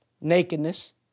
nakedness